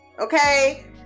okay